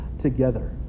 together